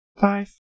five